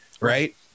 right